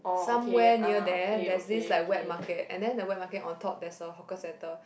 somewhere near there there's this like wet market and then the wet market on top there's a hawker centre